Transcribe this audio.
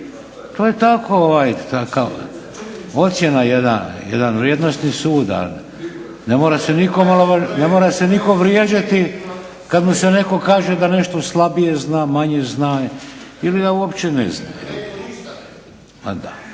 To je tako, kao ocjena jedna, jedan vrijednosni sud. Ne mora se nitko vrijeđati kad mu se netko kaže da nešto slabije zna, manje zna ili da uopće ne zna. Ma da,